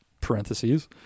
parentheses